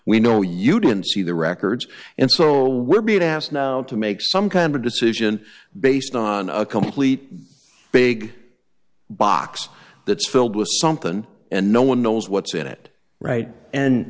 we know you didn't see the records and so we're being asked now to make some kind of decision based on a complete big box that's filled with something and no one knows what's in it right and